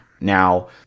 Now